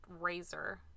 razor